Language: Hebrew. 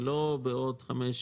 לא בעוד חמש,